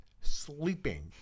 sleeping